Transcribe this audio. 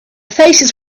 faces